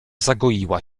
zagoiła